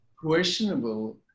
Questionable